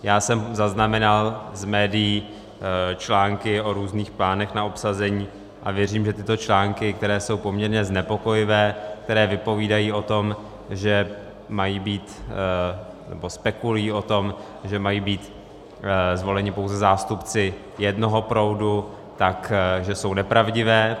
Já jsem zaznamenal z médií články o různých plánech na obsazení a věřím, že tyto články, které jsou poměrně znepokojivé, které vypovídají nebo spekulují o tom, že mají být zvoleni pouze zástupci jednoho proudu, tak že jsou nepravdivé.